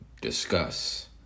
discuss